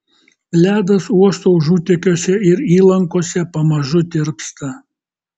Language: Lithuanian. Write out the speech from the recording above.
ledas uosto užutekiuose ir įlankose pamažu tirpsta